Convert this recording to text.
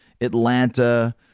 Atlanta